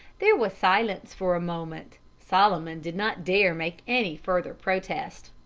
there was silence for a moment solomon did not dare make any further protest.